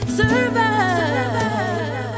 survive